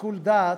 בשיקול דעת,